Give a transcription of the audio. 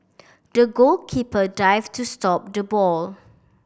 the goalkeeper dived to stop the ball